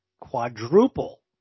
quadruple